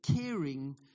caring